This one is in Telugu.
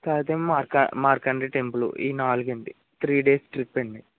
తర్వాతేమో మార్క మార్కండేయ టెంపుల్ నాలగు అండి త్రీ డేస్ ట్రిప్ అండి